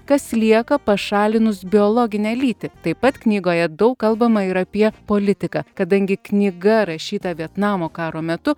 kas lieka pašalinus biologinę lytį taip pat knygoje daug kalbama ir apie politiką kadangi knyga rašyta vietnamo karo metu